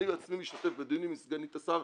אני בעצמי משתתף בדיונים עם סגנית השר,